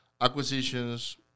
acquisitions